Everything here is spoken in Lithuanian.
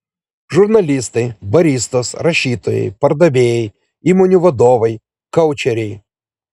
žurnalistai baristos rašytojai pardavėjai įmonių vadovai koučeriai